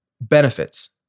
Benefits